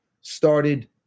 started